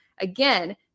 again